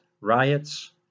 riots